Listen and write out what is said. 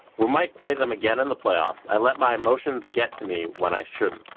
we might play them again in the playoffs. i let my emotions get to me when i shouldn't.